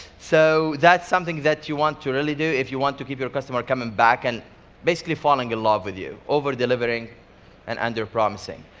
so that's something that you want to really do if you want to keep your customer coming back, and basically falling in love with you, over delivering and under promising.